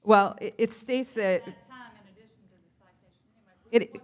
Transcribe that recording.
well it states that it